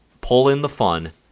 pull-in-the-fun